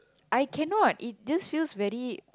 I cannot it just feels very